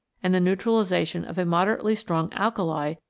and the neutralisation of a moderately strong alkali,